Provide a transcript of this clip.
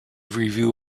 review